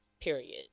period